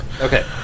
Okay